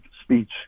speech